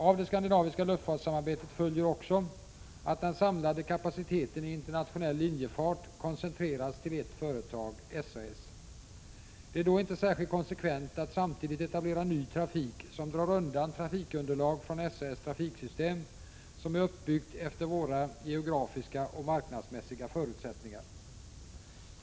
Av det skandinaviska luftfartssamarbetet följer också att den samlade kapaciteten i internationell linjefart koncentreras till ett företag, SAS. Det är då inte särskilt konsekvent att samtidigt etablera ny trafik som drar undan trafikunderlag från SAS trafiksystem som är uppbyggt efter våra geografiska och marknadsmässiga förutsättningar.